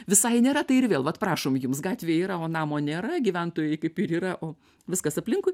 visai nėra tai ir vėl vat prašom jums gatvė yra o namo nėra gyventojai kaip ir yra o viskas aplinkui